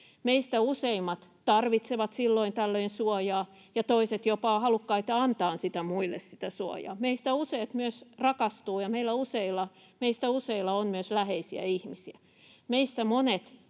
Meistä useimmat tarvitsevat silloin tällöin suojaa, ja toiset ovat jopa halukkaita antamaan muille sitä suojaa. Meistä useat myös rakastuvat, ja meistä useilla on myös läheisiä ihmisiä. Meistä monet